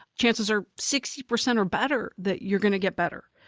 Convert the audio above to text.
chances are sixty percent or better that you're going to get better.